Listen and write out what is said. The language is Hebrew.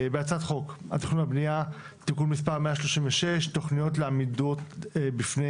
בהצעת חוק התכנון והבנייה (תיקון מס' 136) (תכניות לעמידות בפני